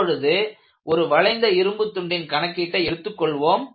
இப்பொழுது ஒரு வளைந்த இரும்புத் துண்டின் கணக்கீட்டை எடுத்துக்கொள்வோம்